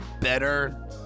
better